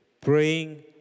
Praying